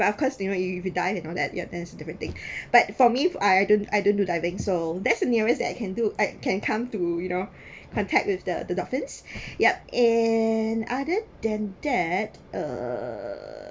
but of course you you dive and all that you that's different thing but for me I don't I don't do diving so that's the nearest I can do I can come to you know contact with the the dolphins yup and other than that uh